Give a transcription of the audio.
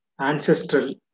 ancestral